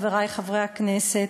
חברי חברי הכנסת,